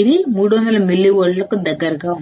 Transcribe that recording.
ఇది 300 మిల్లివోల్ట్స్ కు దగ్గరగా ఉంది